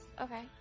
Okay